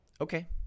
okay